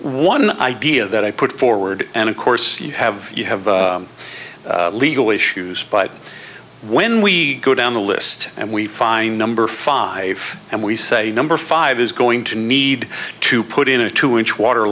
one idea that i put forward and of course you have you have legal issues but when we go down the list and we find number five and we say number five is going to need to put in a two inch water